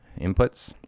inputs